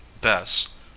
Bess